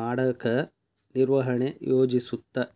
ಮಾಡಕ ನಿರ್ವಹಣೆ ಯೋಜಿಸುತ್ತ